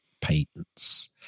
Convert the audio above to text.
patents